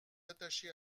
attachés